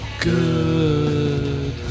good